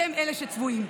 אתם אלה שצבועים.